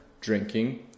drinking